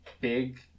big